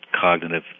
cognitive